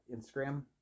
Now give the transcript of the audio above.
Instagram